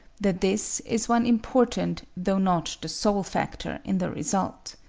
that this is one important though not the sole factor in the result.